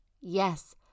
yes